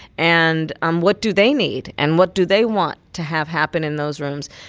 and um what do they need, and what do they want to have happen in those rooms?